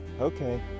okay